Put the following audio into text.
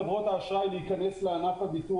לכן אני אומר שזה היחס של אנשים כלפי המערכת ואנחנו,